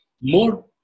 more